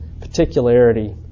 Particularity